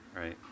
right